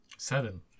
Seven